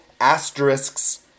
asterisks